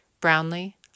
Brownlee